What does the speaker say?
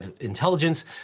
Intelligence